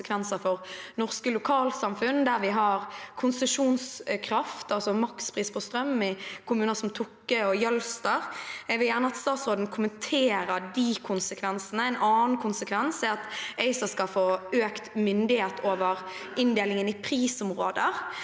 for norske lokalsamfunn der vi har konsesjonskraft, altså makspris på strøm, i kommuner som Tokke og Jølster. Jeg vil gjerne at statsråden kommenterer de konsekvensene. En annen konsekvens er at ACER skal få økt myndighet over inndelingen i prisområder.